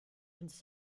ins